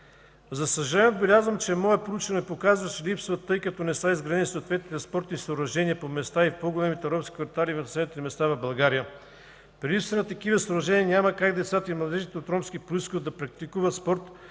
Със съжаление отбелязвам, че мое проучване показва, че липсват – тъй като не са изградени съответните спортни съоръжения по места и в по-големите ромски квартали в населените места в България. При липсата на такива съоръжения няма как децата и младежите от ромски произход да практикуват спорт,